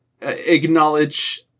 acknowledge